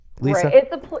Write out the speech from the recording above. Lisa